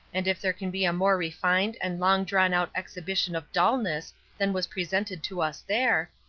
and if there can be a more refined and long drawn-out exhibition of dullness than was presented to us there,